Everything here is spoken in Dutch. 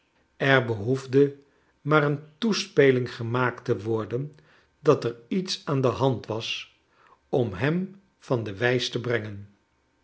er behoefde maar een toespeling gemaakt te worden dat er iets aan de hand was om hem van de wijs te brengen